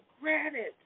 granted